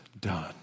done